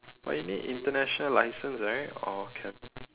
but you need international license right or can